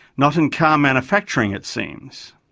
not in car manufacturing it seems.